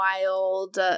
wild